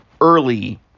early